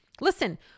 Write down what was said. Listen